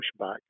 pushback